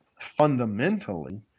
fundamentally